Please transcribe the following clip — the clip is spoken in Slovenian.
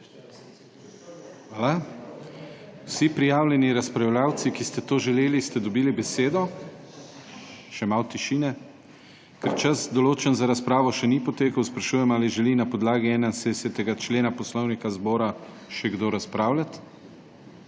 Hvala. Vsi prijavljeni razpravljavci, ki ste to želeli, ste dobili besedo. / nemir v dvorani/ Še malo tišine. Ker čas, določen za razpravo, še ni potekel, sprašujem, ali želi na podlagi 71. člena Poslovnika Državnega zbora še kdo razpravljati.